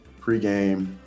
pregame